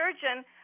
surgeon